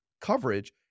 coverage